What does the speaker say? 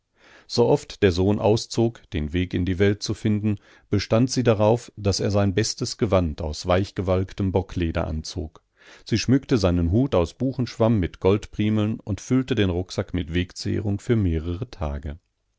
sooft der sohn auszog den weg in die welt zu finden bestand sie darauf daß er sein bestes gewand aus weichgewalktem bockleder anzog sie schmückte seinen hut aus buchenschwamm mit goldprimeln und füllte den rucksack mit wegzehrung für mehrere tage